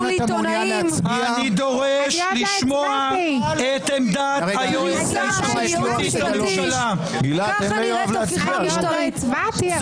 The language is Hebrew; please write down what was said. אני מבקש להרחיב מעט על הפגיעה בשלטון החוק שגלומה בהצעה,